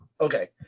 Okay